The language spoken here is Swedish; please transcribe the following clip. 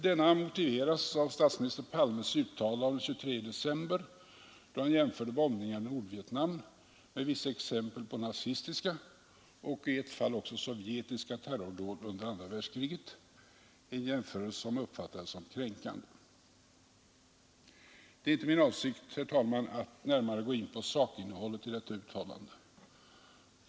Denna motiveras av statsminister Palmes uttalande av den 23 december, då han jämförde bombningarna i Nordvietnam med vissa exempel på nazistiska, och i ett fall också sovjetiska, terrordåd under andra världskriget; en jämförelse som uppfattades såsom kränkande. Det är icke min avsikt, herr talman, att närmare gå in på sakinnehållet i detta uttalande.